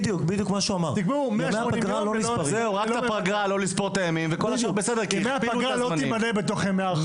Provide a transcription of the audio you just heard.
ימי הפגרה לא יימנו בתוך ימי ההרחקה.